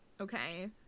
Okay